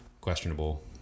questionable